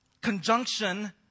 conjunction